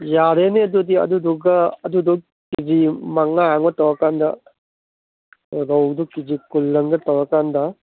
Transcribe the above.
ꯌꯥꯔꯦꯅꯦ ꯑꯗꯨꯗꯤ ꯑꯗꯨꯗꯨꯒ ꯑꯗꯨꯗꯣ ꯀꯦ ꯖꯤ ꯃꯉꯥ ꯑꯃꯒ ꯇꯧꯔꯀꯥꯟꯗ ꯔꯧꯗꯣ ꯀꯦ ꯖꯤ ꯀꯨꯟ ꯑꯝꯒ ꯇꯧꯔꯀꯥꯟꯗ